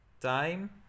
time